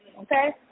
Okay